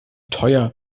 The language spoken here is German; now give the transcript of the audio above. teuer